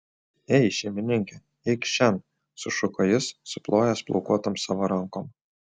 ei šeimininke eik šen sušuko jis suplojęs plaukuotom savo rankom